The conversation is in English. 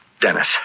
Dennis